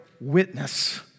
witness